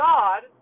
God